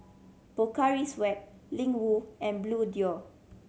Pocari Sweat Ling Wu and Bluedio